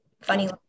funny